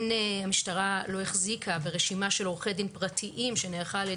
המשטרה לא החזיקה ברשימה של עורכי דין פרטיים שנערכה על